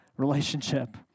relationship